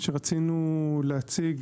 רצינו להציג